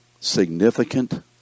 significant